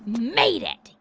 made it.